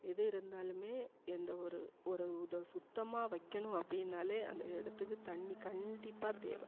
எது இருந்தாலுமே எந்த ஒரு ஒரு உது சுத்தமாக வைக்கணும் அப்படின்னாலே அந்த இடத்துக்கு தண்ணி கண்டிப்பாக தேவை